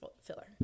filler